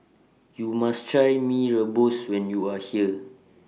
YOU must Try Mee Rebus when YOU Are here